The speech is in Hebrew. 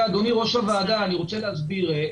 אדוני יושב-ראש הוועדה, אני רוצה להסביר.